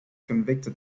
convicted